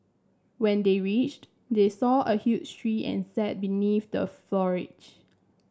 when they reached they saw a huge tree and sat beneath the foliage